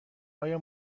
آیا